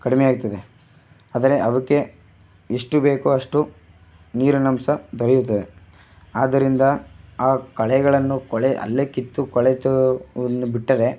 ಕಡಿಮೆ ಆಯ್ತದೆ ಆದರೆ ಅವುಕ್ಕೆ ಎಷ್ಟು ಬೇಕೋ ಅಷ್ಟು ನೀರಿನಾಂಶ ದೊರೆಯುತ್ತದೆ ಆದ್ದರಿಂದ ಆ ಕಳೆಗಳನ್ನು ಕೊಳೆಯಲ್ಲೇ ಕಿತ್ತು ಕೊಳೆತ ಹುಲ್ಲು ಬಿಟ್ಟರೆ